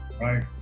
Right